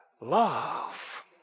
love